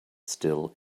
still